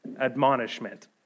admonishment